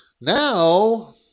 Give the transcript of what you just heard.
Now